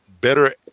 better